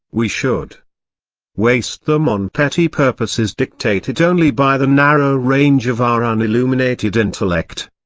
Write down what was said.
we should waste them on petty purposes dictated only by the narrow range of our ah unilluminated intellect.